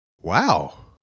wow